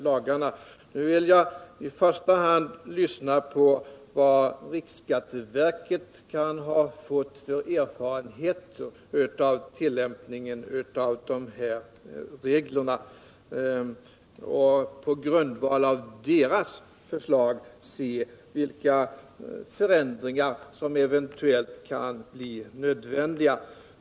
Jag vill i första hand lyssna på vad riksskatteverket har fått för erfarenheter av tillämpningen av reglerna och på grundval av verkets förslag undersöka vilka förändringar som eventuellt kan bli nödvändiga.